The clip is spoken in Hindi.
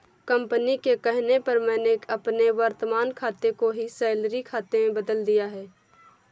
कंपनी के कहने पर मैंने अपने वर्तमान खाते को ही सैलरी खाते में बदल लिया है